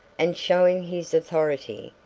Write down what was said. and, showing his authority,